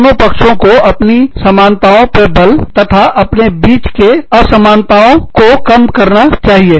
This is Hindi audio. दोनों पक्षों को अपनी समानताओं पर बल तथा अपने बीच के अंतरअसमानताओं कम करें